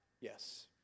yes